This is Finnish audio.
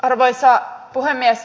arvoisa puhemies